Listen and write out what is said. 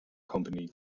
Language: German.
company